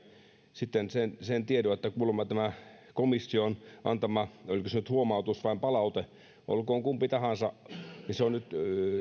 sitten kuulin sen tiedon että kuulemma tämä komission antama kirje oliko se nyt huomautus vai palaute olkoon kumpi tahansa on nyt